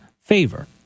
favor